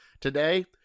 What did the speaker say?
today